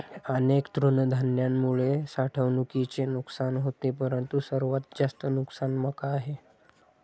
अनेक तृणधान्यांमुळे साठवणुकीचे नुकसान होते परंतु सर्वात जास्त नुकसान मका आहे